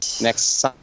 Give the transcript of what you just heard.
next